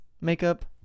makeup